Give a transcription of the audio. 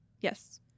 Yes